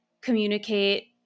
communicate